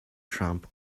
tramp